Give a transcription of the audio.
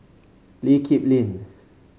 Lee Kip Lin